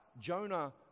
Jonah